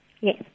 Yes